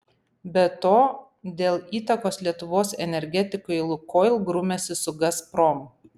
be to dėl įtakos lietuvos energetikai lukoil grumiasi su gazprom